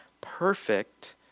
perfect